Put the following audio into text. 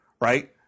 Right